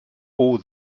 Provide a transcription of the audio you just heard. all